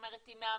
עם מאמנים,